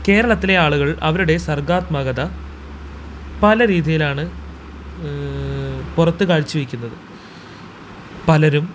കേരളത്തിലെ ആളുകള് അവരുടെ സര്ഗ്ഗാത്മകത പല രീതിയിലാണ് പുറത്ത് കാഴ്ച വെയ്ക്കുന്നത് പലരും